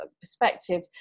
perspective